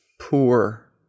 poor